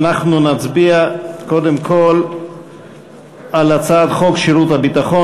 אנחנו נצביע קודם כול על הצעת חוק שירות ביטחון